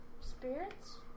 Spirits